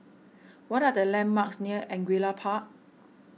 what are the landmarks near Angullia Park